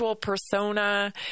persona